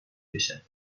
کشد